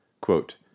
Quote